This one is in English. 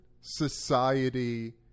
society